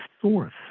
source